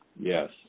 Yes